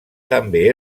també